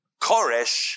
Koresh